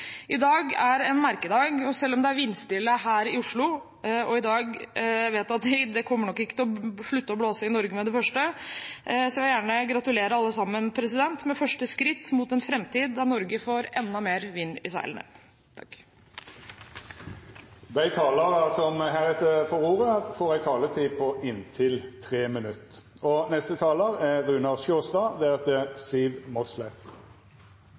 i dag er en merkedag, og selv om det nå er vindstille her i Oslo, slutter det ikke å blåse i Norge med det første. Jeg vil gratulere alle sammen med første skritt mot en framtid der Norge får enda mer vind i seilene. Dei talarane som heretter får ordet, har ei taletid på inntil 3 minutt. Klimaendringene fører til mer nedbør, kraftigere nedbør og